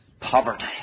poverty